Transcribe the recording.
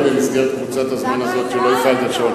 אבל אולי בכל זאת תואיל בטובך לקרוא לו?